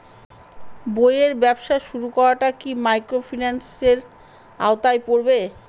বইয়ের ব্যবসা শুরু করাটা কি মাইক্রোফিন্যান্সের আওতায় পড়বে?